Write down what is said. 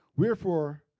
Wherefore